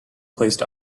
placed